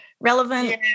Relevant